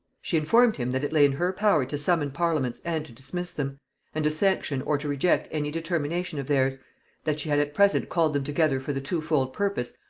she informed him, that it lay in her power to summon parliaments and to dismiss them and to sanction or to reject any determination of theirs that she had at present called them together for the twofold purpose,